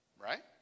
Right